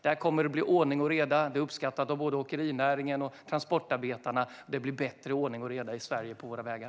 Det kommer att bli ordning och reda. Det är uppskattat av både åkerinäringen och transportarbetarna, och det blir bättre ordning och reda i Sverige på våra vägar.